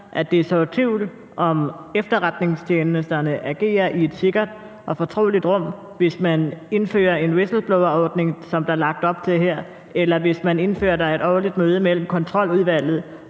at det sår tvivl om, at efterretningstjenesterne agerer i et sikkert og fortroligt rum, hvis man indfører en whistleblowerordning, som der er lagt op til her; hvis man indfører, at der er et årligt møde mellem Kontroludvalget